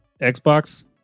Xbox